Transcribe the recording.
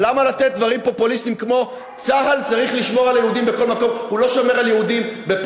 למה לתת דברים פופוליסטיים כמו: צה"ל צריך לשמור על היהודים בכל מקום?